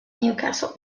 newcastle